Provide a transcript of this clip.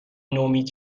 نومید